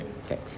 Okay